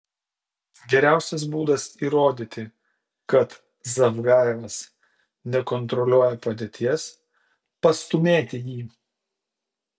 geriausias būdas įrodyti kad zavgajevas nekontroliuoja padėties pastūmėti jį